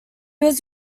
was